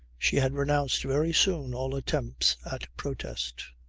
she had renounced very soon all attempts at protests.